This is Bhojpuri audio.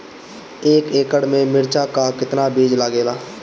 एक एकड़ में मिर्चा का कितना बीज लागेला?